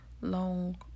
long